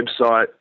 website